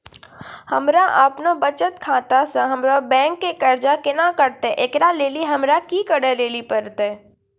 हमरा आपनौ बचत खाता से हमरौ बैंक के कर्जा केना कटतै ऐकरा लेली हमरा कि करै लेली परतै?